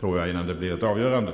tror jag, innan det blir ett avgörande.